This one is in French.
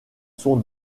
sont